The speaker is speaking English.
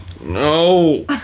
No